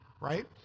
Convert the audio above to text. right